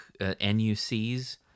nucs